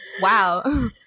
wow